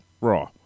raw